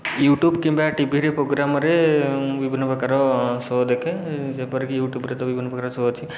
YouTube କିମ୍ବା ଟିଭିରେ ପ୍ରୋଗ୍ରାମରେ ବିଭିନ୍ନ ପ୍ରକାର ସୋ ଦେଖେ ଯେପରିକି ୟୁଟ୍ୟୁବରେ ତ ବିଭିନ୍ନ ପ୍ରକାର ସୋ ଅଛି